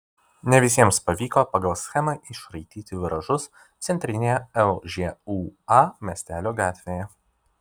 ne visiems pavyko pagal schemą išraityti viražus centrinėje lžūa miestelio gatvėje